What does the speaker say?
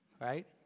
right